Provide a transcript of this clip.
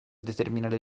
determinare